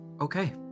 Okay